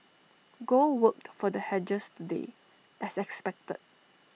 gold worked for the hedgers today as expected